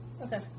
Okay